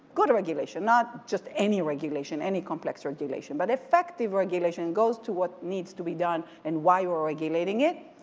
good regulation, not just any regulation, any complex regulation but effective regulation goes to what needs to be done and why we're regulating it.